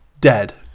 Dead